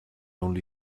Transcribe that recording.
only